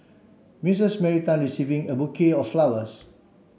Missus Mary Tan receiving a bouquet of flowers